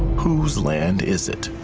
whose land is it?